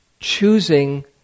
Choosing